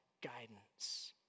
guidance